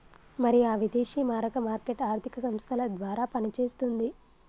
మరి ఆ విదేశీ మారక మార్కెట్ ఆర్థిక సంస్థల ద్వారా పనిచేస్తుంది